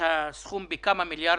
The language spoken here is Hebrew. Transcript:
הסכום בכמה מיליארדים.